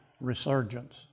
resurgence